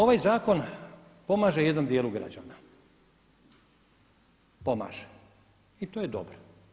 Ovaj zakon pomaže jednom djelu građana, pomaže i to je dobro.